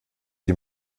die